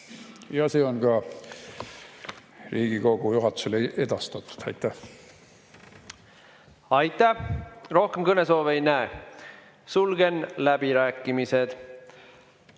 ja see on ka Riigikogu juhatusele edastatud. Aitäh! Aitäh! Rohkem kõnesoove ei näe. Sulgen läbirääkimised.